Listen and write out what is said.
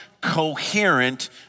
coherent